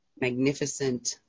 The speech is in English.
magnificent